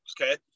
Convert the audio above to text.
okay